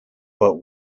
but